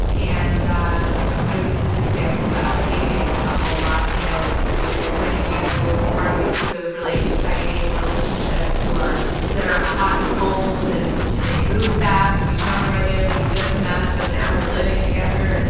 and um i use this example about dating a whole lot. you know when you are used to those really exciting relationships that are that are ah hot and cold and they move fast. we jumped right in, we just met, but now we're living together. and